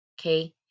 Okay